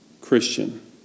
Christian